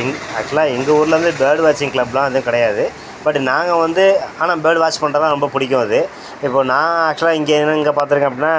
எங் ஆக்ஷுவலா எங்கள் ஊர்ல வந்து பேர்டு வாட்சிங் க்ளப்லாம் எதுவும் கிடையாது பட் நாங்கள் வந்து ஆனால் பேர்டு வாட்ச் பண்ணுறது தான் ரொம்ப பிடிக்கும் அது இப்போது நான் ஆக்ஷுவலா இங்கே எங்கே பார்த்துருக்கேன் அப்படின்னா